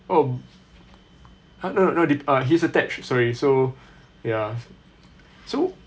oh no no uh he's attached sorry so ya so